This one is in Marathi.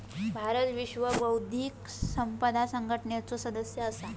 भारत विश्व बौध्दिक संपदा संघटनेचो सदस्य असा